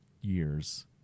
years